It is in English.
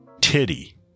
titty